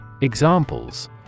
examples